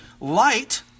Light